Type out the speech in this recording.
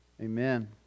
Amen